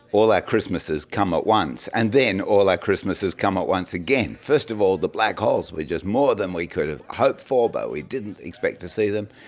all our christmases come at once, and then all our christmases come at once again. first of all, the black holes were just more than we could have hoped for but we didn't expect to see them.